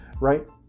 right